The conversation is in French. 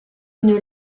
une